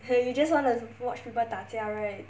you just want to watch people 打架 right